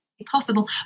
possible